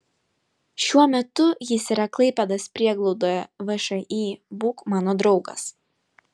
šiuo metu jis yra klaipėdos prieglaudoje všį būk mano draugas